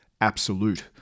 absolute